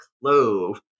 clove